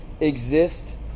exist